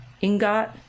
Ingot